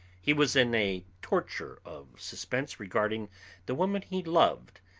he was in a torture of suspense regarding the woman he loved,